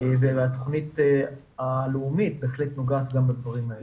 התוכנית הלאומית בהחלט נוגעת גם לדברים האלה.